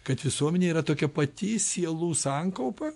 kad visuomenė yra tokia pati sielų sankaupa